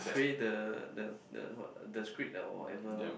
create the the the what the script or whatever lah